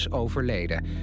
overleden